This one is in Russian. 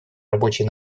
рабочей